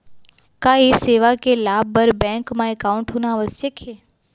का ये सेवा के लाभ बर बैंक मा एकाउंट होना आवश्यक हे